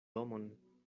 domon